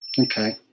Okay